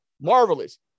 marvelous